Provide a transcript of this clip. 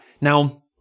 Now